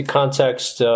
context